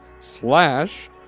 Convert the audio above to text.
Slash